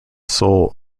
seoul